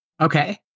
Okay